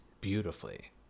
beautifully